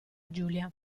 giulia